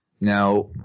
Now